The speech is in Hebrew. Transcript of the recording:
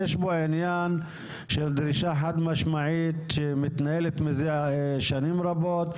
יש פה עניין של דרישה חד משמעית שמתנהלת מזה שנים רבות.